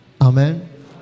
Amen